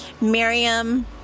Miriam